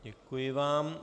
Děkuji vám.